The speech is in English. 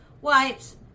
wipes